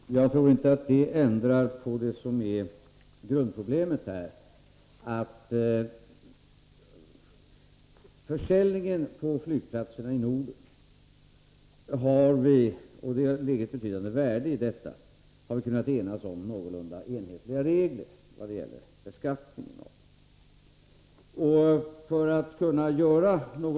Herr talman! Jag tror inte att det skulle ändra på själva grundproblemet. För försäljningen på flygplatserna i Norden har vi kunnat ena oss om någorlunda enhetliga regler i vad gäller beskattningen, och jag tycker att det ligger ett värde i detta.